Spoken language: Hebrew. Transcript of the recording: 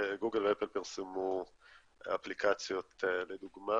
גוגל ואפל פרסמו אפליקציות לדוגמה